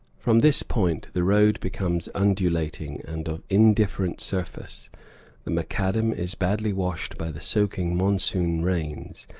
from this point the road becomes undulating, and of indifferent surface the macadam is badly washed by the soaking monsoon rains,